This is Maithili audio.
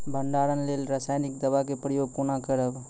भंडारणक लेल रासायनिक दवेक प्रयोग कुना करव?